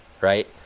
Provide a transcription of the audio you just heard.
right